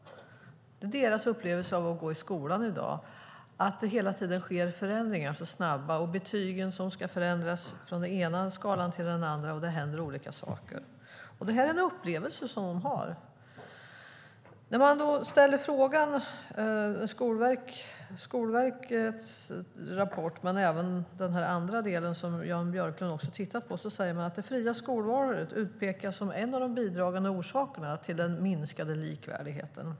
Deras upplevelse av att gå i skolan i dag var att det hela tiden sker snabba förändringar, betygen som ska förändras från den ena skalan till den andra och att det händer olika saker. Det här är en upplevelse som de har. I Skolverkets rapport, även i den andra delen som Jan Björklund också har tittat på, pekar man ut det fria skolvalet som en av de bidragande orsakerna till den minskade likvärdigheten.